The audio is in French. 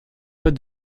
pas